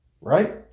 Right